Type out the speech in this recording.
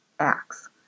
Acts